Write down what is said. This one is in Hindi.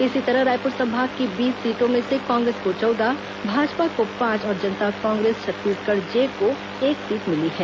इसी तरह रायपुर संभाग की बीस सीटों में से कांग्रेस को चौदह भाजपा को पांच और जनता कांग्रेस छत्तीसगढ़ जे को एक सीट मिली है